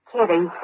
Kitty